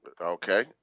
Okay